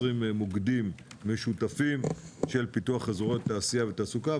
20 מוקדים משותפים של פיתוח אזורי תעשייה ותעסוקה,